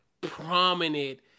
prominent